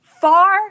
Far